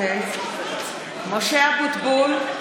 (קוראת בשמות חברי הכנסת) משה אבוטבול,